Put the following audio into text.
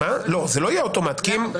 לא, זה לא יהיה אוטומט.